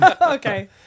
Okay